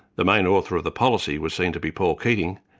the main author of the policy was seen to be paul keating,